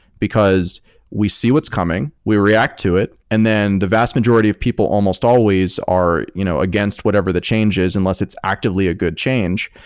because we see what's coming, we react to it and then the vast majority of people almost always are you know against whatever the changes unless it's actively a good change,